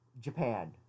Japan